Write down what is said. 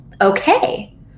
okay